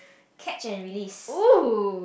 catch and release